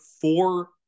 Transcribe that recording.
four